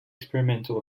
experimental